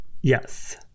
Yes